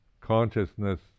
consciousness